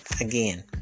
again